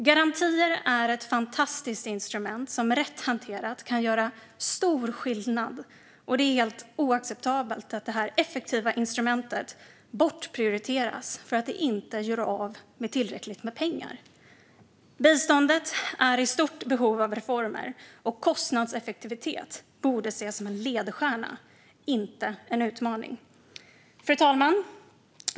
Garantier är ett fantastiskt instrument som rätt hanterat kan göra stor skillnad, och det är helt oacceptabelt att detta effektiva instrument bortprioriteras för att det inte gör av med tillräckligt med pengar. Biståndet är i stort behov av reformer, och kostnadseffektivitet borde ses som en ledstjärna, inte en utmaning. Fru talman!